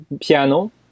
piano